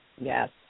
Yes